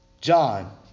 John